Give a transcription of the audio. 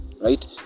right